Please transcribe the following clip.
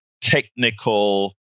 technical